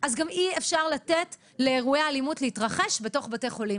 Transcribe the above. אז גם אי-אפשר לתת לאירועי האלימות להתרחש בתוך בתי חולים.